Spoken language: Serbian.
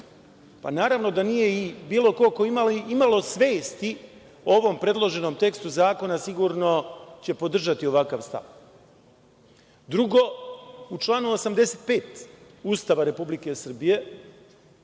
Naravno da nije i bilo ko ko ima i malo svesti o ovom predloženom tekstu zakona, sigurno će podržati ovakav stav. Drugo, u članu 85. Ustava Republike Srbije